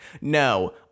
No